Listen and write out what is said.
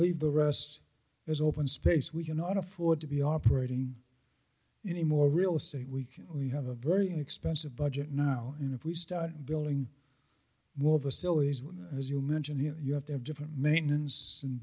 leave the rest as open space we cannot afford to be operating any more real estate we can we have a very inexpensive budget now and if we start building more facilities which as you mentioned you have to have different maintenance and